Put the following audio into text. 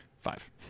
Five